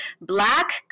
black